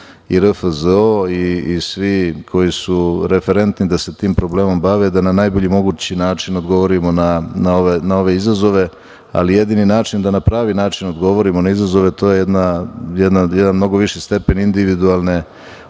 i RFZO, i svi koji su referentni da se tim problemom bave, da na najbolji mogući način odgovorimo na ove izazove. Jedini način da na pravi način odgovorimo na izazove to je jedan mnogo viši stepen individualne